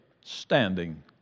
standing